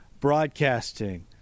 broadcasting